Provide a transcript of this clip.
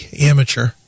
amateur